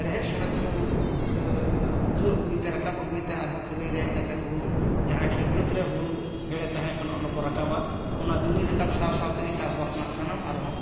ᱨᱮᱦᱮᱫ ᱥᱚᱢᱮᱛ ᱠᱚ ᱩᱴᱷᱟᱹᱣ ᱟᱜᱩᱭ ᱛᱮ ᱨᱟᱠᱟᱵ ᱟᱹᱜᱩᱭ ᱛᱮ ᱟᱨ ᱦᱚᱸ ᱠᱷᱟᱹᱨᱟᱹᱭ ᱨᱮ ᱦᱮᱡ ᱠᱟᱛᱮ ᱡᱟᱦᱟᱸ ᱠᱷᱮᱛ ᱵᱟᱹᱫᱽ ᱨᱮ ᱦᱳᱲᱳ ᱦᱮᱲᱮ ᱛᱟᱦᱮᱸ ᱠᱟᱱᱟ ᱚᱱᱟ ᱠᱚ ᱨᱟᱠᱟᱵᱟ ᱚᱱᱟ ᱫᱤᱱᱤ ᱨᱟᱠᱟᱵ ᱥᱟᱶ ᱥᱟᱶᱛᱮᱜᱮ ᱪᱟᱥ ᱵᱟᱥ ᱨᱮᱱᱟᱜ ᱥᱟᱱᱟᱢ ᱟᱨ ᱦᱚᱸ